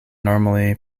normally